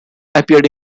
appeared